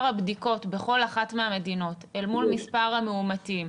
הבדיקות בכל אחת מהמדינות אל מול מספר המאומתים,